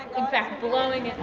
in fact blowing